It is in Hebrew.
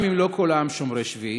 גם אם לא כל העם שומרי שביעי,